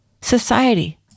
society